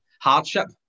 hardship